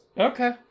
okay